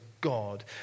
God